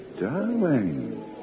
Darling